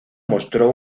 mostró